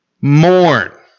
mourn